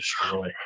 destroy